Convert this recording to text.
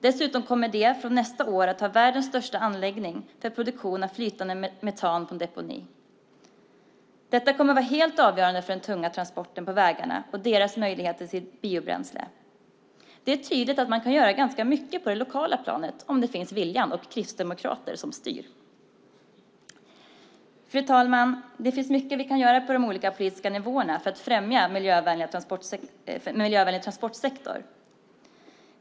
Dessutom kommer Helsingborg från nästa år att ha världens största anläggning för produktion av flytande metan från deponi. Detta kommer att vara helt avgörande för de tunga transporterna på vägarna och deras möjligheter till biobränsle. Det är tydligt att man kan göra ganska mycket på det lokala planet om det finns vilja och kristdemokrater som styr. Fru talman! Det finns mycket vi kan göra på de olika politiska nivåerna för att främja en miljövänlig transportsektor.